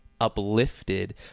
uplifted